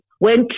went